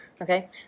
Okay